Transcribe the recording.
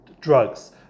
drugs